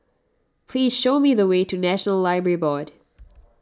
please show me the way to National Library Board